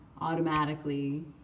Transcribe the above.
automatically